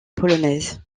polonaise